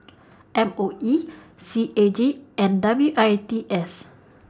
M O E C A G and W I T S